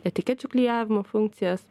etikečių klijavimo funkcijas